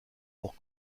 pour